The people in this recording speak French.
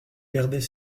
perdait